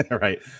Right